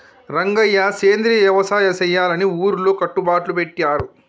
రంగయ్య సెంద్రియ యవసాయ సెయ్యాలని ఊరిలో కట్టుబట్లు పెట్టారు